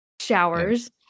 Showers